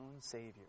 savior